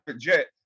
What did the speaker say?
jet